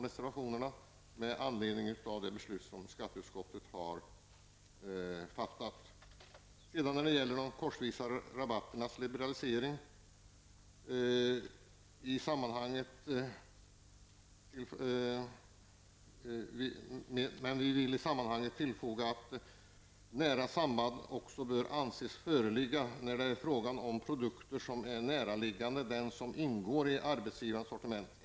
Utskottet tillstyrker regeringens förslag att beskattningen av s.k. korsvisa rabatter liberaliseras men vill i sammanhanget tillfoga att nära samband också bör anses föreligga när det är fråga om produkter som är näraliggande dem som ingår i arbetsgivarens sortiment.